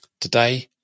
Today